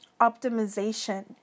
optimization